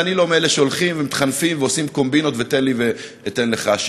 ואני לא מאלה שהולכים ומתחנפים ועושים קומבינות ותן לי ואתן לך.